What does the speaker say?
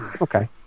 Okay